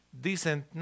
decent